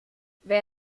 wer